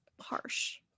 harsh